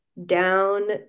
down